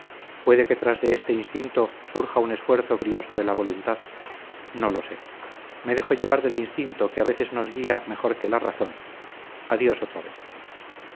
que tras de este instinto surja un esfuerzo brioso de la voluntad no lo sé me dejo llevar del instinto que a veces nos guía mejor que la razón adiós otra vez